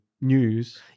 news